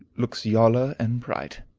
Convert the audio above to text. looks yaller and bright